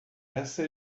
essa